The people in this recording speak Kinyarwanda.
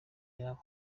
yabo